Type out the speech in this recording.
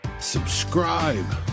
Subscribe